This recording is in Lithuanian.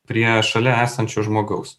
prie šalia esančio žmogaus